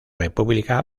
república